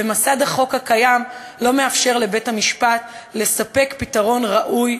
ומסד החוק הקיים לא מאפשר לבית-המשפט לספק פתרון ראוי,